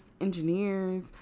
engineers